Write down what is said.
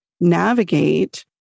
navigate